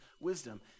wisdom